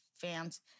fans